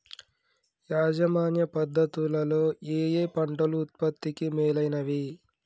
యాజమాన్య పద్ధతు లలో ఏయే పంటలు ఉత్పత్తికి మేలైనవి?